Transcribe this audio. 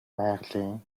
байгалийн